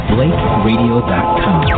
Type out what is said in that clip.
BlakeRadio.com